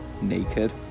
Naked